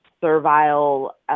servile